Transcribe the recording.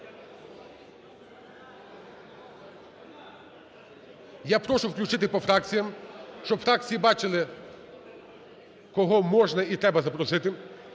Я прошу включити по фракціям, щоб фракції бачили, кого можна і треба запросити.